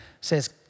says